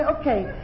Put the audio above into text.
Okay